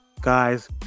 guys